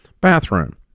bathroom